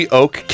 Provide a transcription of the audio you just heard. oak